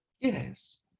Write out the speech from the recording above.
Yes